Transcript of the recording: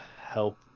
help